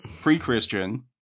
pre-Christian